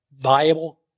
viable